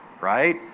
right